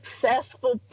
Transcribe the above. successful